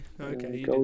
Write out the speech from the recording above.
Okay